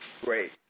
Great